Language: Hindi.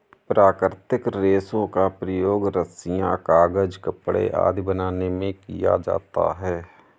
प्राकृतिक रेशों का प्रयोग रस्सियॉँ, कागज़, कपड़े आदि बनाने में किया जाता है